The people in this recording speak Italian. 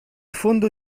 fondo